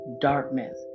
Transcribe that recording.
darkness